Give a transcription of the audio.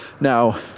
Now